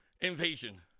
invasion